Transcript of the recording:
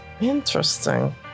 Interesting